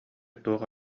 туох